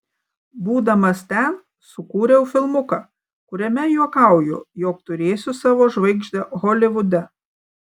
būdamas ten sukūriau filmuką kuriame juokauju jog turėsiu savo žvaigždę holivude